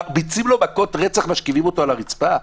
מרביצים לו מכות רצח, משכיבים אותו על הרצפה?